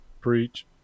Preach